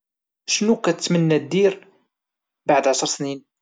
شنو كتمنى دير بعد عشر سنين؟